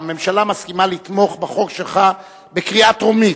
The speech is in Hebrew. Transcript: הממשלה מסכימה לתמוך בחוק שלך בקריאה טרומית,